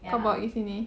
kau bawa pergi sini